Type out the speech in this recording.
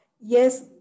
Yes